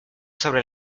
sobre